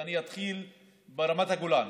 ואני אתחיל ברמת הגולן,